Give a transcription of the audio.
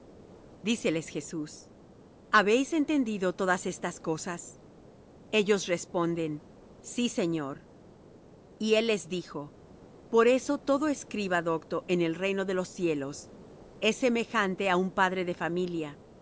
díceles jesús habéis entendido todas estas cosas ellos responden sí señor y él les dijo por eso todo escriba docto en el reino de los cielos es semejante á un padre de familia